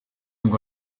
ngo